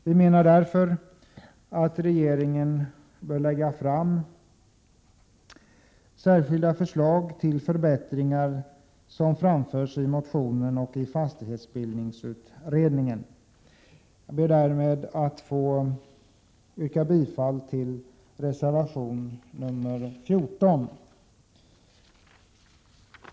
Vi menar därför att regeringen bör lägga fram sådana förslag till förbättringar som framförs i motionen och i fastighetsbildningsutredningen. Jag ber därmed att få yrka bifall till reservation 12.